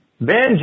Ben